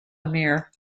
amir